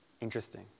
Interesting